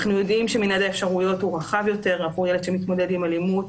אנחנו יודעים שמנעד האפשרויות הוא רחב יותר עבור ילד שמתמודד עם אלימות,